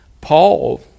paul